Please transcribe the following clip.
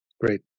Great